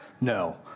No